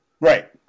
Right